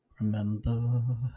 Remember